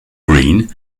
green